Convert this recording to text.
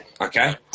okay